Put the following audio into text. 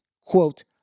quote